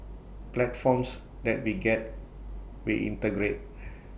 platforms that we get we integrate